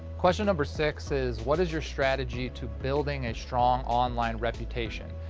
question number six is what is your strategy to building a strong online reputation?